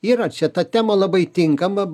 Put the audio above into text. yra čia ta tema labai tinkama